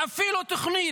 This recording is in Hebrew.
תוכניות.